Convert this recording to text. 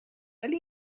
ولی